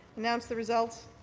announce the result.